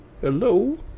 Hello